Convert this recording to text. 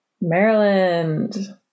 Maryland